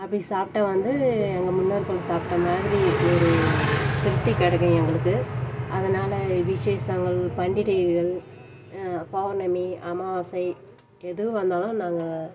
அப்படி சாப்பிட்டா வந்து எங்கள் முன்னோர்கள் சாப்பிட்ட மாதிரி ஒரு திருப்தி கிடைக்கும் எங்களுக்கு அதனால் விசேஷங்கள் பண்டிகைகள் பெளர்ணமி அமாவாசை எது வந்தாலும் நாங்கள்